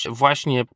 właśnie